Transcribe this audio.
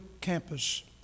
campus